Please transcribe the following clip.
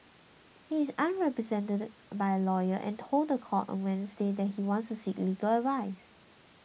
he is unrepresented by a lawyer and told the court on Wednesday that he wants to seek legal advice